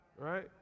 Right